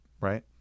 Right